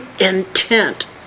intent